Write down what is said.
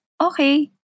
Okay